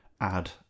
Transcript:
add